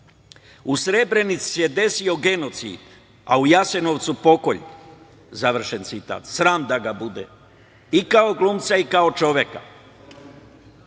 u Srebrenici se desio genocid, a u Jasenovcu pokolj, završen citat. Sram da ga bude i kao glumca i kao čoveka.